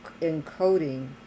encoding